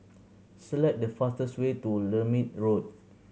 select the fastest way to Lermit Road